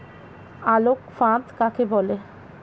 আলোক ফাঁদ কাকে বলে?